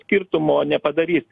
skirtumo nepadarys